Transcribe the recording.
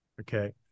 okay